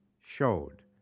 showed